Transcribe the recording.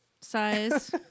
size